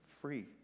free